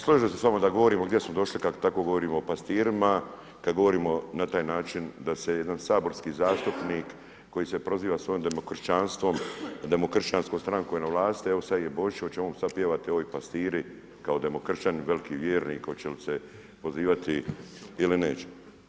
Slažem se s vama da govorimo gdje smo došli kad tako govorimo o pastirima, kad govorimo na taj način da se jedan saborski zastupnik koji se proziva svojom demokršćanstvom, demokršćanskom strankom na vlasti, evo sada je Božić, hoće on sad pjevati Oj pastiri kao demokršćanin, veliki vjernik, hoće li se pozivati ili neće.